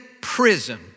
prison